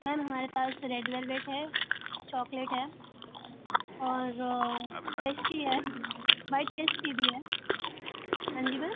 ma'am हमारे पास red velvet है चॉकलेट है और पेस्टी है वाइट पेस्टी भी है हां जी मैम